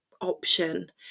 option